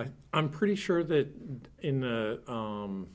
but i'm pretty sure that in the